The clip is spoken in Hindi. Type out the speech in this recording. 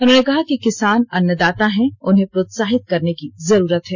उन्होंने कहा कि किसान अन्नदाता हैं उन्हें प्रोत्साहित करने की जरूरत है